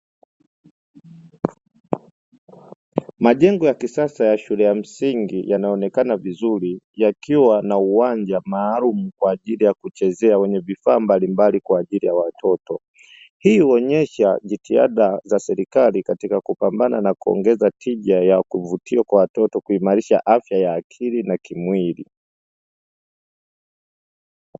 Majengo ya kisasa ya shule ya msingi yanaonekana vizuri yakiwa na uwanja maalumu kwa ajili ya kuchezea wenye vifaa mbalimbali kwa ajili ya watoto, hii huonesha jitihada za serikali katika kupambana na kuongeza tija ya kuvutiwa kwa watoto kuimarisha afya ya akili na kimwili.